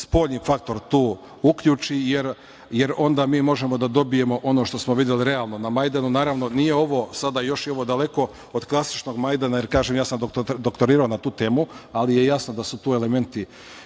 spoljni faktor tu uključi, jer onda mi možemo da dobijemo ono što smo videli realno na Majdanu. Još je ovo daleko od klasičnog Majdana, ja sam doktorirao na tu temu, ali je jasno da su tu elementi